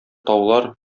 таулар